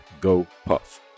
gopuff